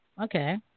Okay